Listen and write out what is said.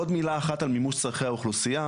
עוד מילה אחת על מימוש צורכי האוכלוסייה,